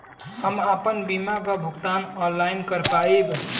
हम आपन बीमा क भुगतान ऑनलाइन कर पाईब?